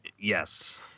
Yes